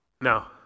Now